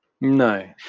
No